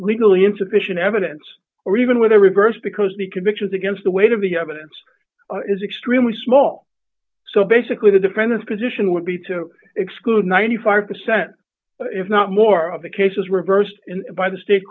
legally insufficient evidence or even with a reversed because the convictions against the weight of the evidence is extremely small so basically the defendant's position would be to exclude ninety five percent if not more of the cases reversed by the state